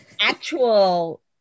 actual